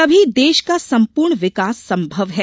तभी देश का संपूर्ण विकास संभव है